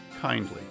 kindly